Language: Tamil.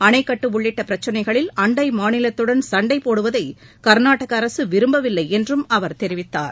அணைக்கட்டு உள்ளிட்ட பிரச்னைகளில் அண்டை மாநிலத்துடன் சண்டை போடுவதை கர்நாடக அரசு விரும்பவில்லை என்றும் அவர் தெரிவித்தார்